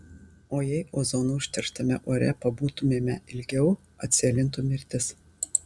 o jei ozonu užterštame ore pabūtumėme ilgiau atsėlintų mirtis